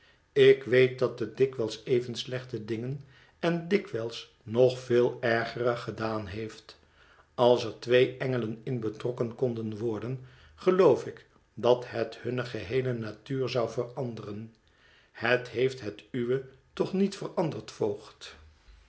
ik weet dat het dikwijls even slechte dingen en dikwijls nog veel ergere gedaan heeft als er twee engelen in betrokken konden worden geloof ik dat het hunne geheele natuur zou veranderen het heeft het uwe toch niet veranderd voogd